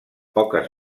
poques